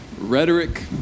Rhetoric